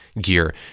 gear